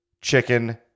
chicken